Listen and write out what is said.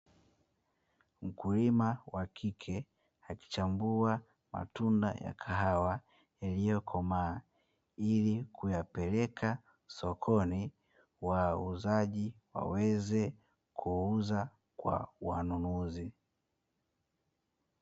Mkuliwa wa kike akichambua matunda ya kahawa yaliyokomaa ili kuyapeleka sokoni wauzaji waweze kuuza kwa wanunuzi.